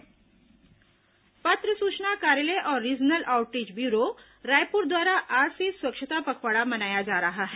स्वच्छता पखवाडा पत्र सूचना कार्यालय और रीजनल आउटरीच ब्यूरो रायपुर द्वारा आज से स्वच्छता पखवाड़ा मनाया जा रहा है